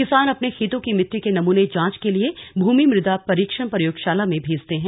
किसान अपने खेतों की मिट्टी के नमूने जांच के लिए भूमि मृदा परीक्षण प्रयोगशाला में भेजते हैं